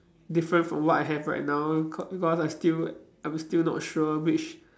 different from what I have right now cause because I'm still I'm still not sure which